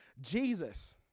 Jesus